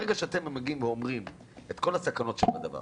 ברגע שאתם מגיעים ואומרים את כל הסכנות שבדבר